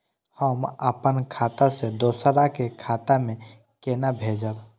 हम आपन खाता से दोहरा के खाता में केना भेजब?